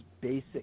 basic